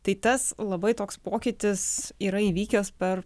tai tas labai toks pokytis yra įvykęs per